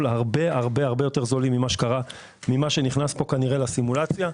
הרבה יותר זולים ממה שנכנס פה לסימולציה.